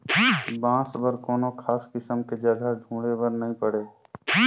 बांस बर कोनो खास किसम के जघा ढूंढे बर नई पड़े